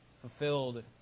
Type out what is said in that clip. fulfilled